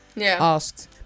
Asked